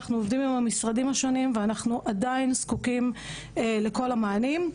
אנחנו עובדים עם המשרדים השונים ואנחנו עדיין זקוקים לכל המענים.